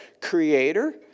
creator